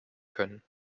können